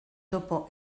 topo